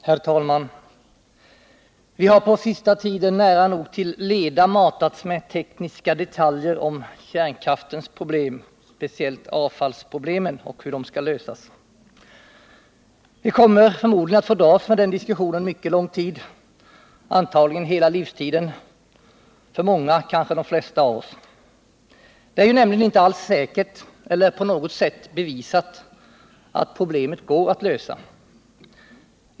Herr talman! Vi har på sista tiden nära nog till leda matats med tekniska detaljer om hur kärnkraftens problem, speciellt avfallsfrågan, skall lösas. Vi kommer förmodligen att få dras med den diskussionen mycket lång tid, antagligen hela livstiden för många, kanske de flesta av oss. Det är ju inte alls säkert, eller på något sätt bevisat, att problemet går att lösa.